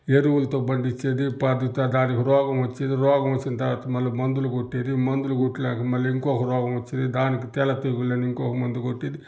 ఎరువులతో పండిచ్చేది దానికి రోగమొచ్చి రోగమొచ్చిన తర్వాత మళ్ళా మందులు కొట్టేది మందులు కొట్టినాక మళ్ళీ ఇంకొక రోగమొచ్చేది దానికి తెల్ల తెగులని ఇంకొక మందు కొట్టేది